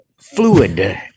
fluid